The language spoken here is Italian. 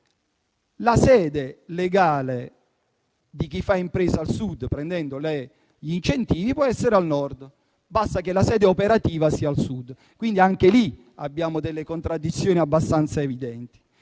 la sede legale di chi fa impresa al Sud, prendendo gli incentivi, può essere al Nord e basta che la sede operativa sia al Sud; anche lì abbiamo quindi alcune contraddizioni abbastanza evidenti.